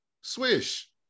Swish